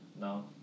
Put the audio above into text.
No